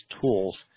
tools